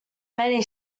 many